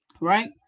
right